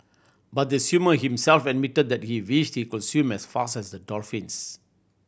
but the swimmer himself admitted that he wished he could swim as fast as the dolphins